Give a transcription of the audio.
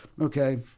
Okay